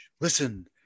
Listen